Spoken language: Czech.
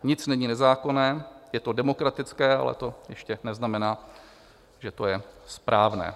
Nic není nezákonné, je to demokratické, ale to ještě neznamená, že to je správné.